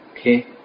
Okay